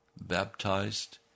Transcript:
baptized